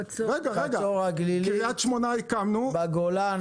חצור הגלגלית בגולן,